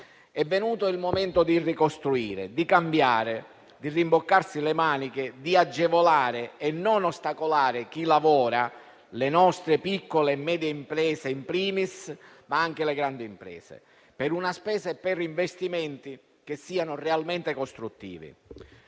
È venuto il momento di ricostruire, cambiare, rimboccarsi le maniche, agevolare e non ostacolare chi lavora, le nostre piccole e medie imprese, *in primis*, ma anche quelle grandi, per una spesa e per investimenti realmente costruttivi.